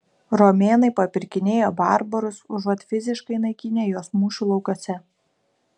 romėnai papirkinėjo barbarus užuot fiziškai naikinę juos mūšių laukuose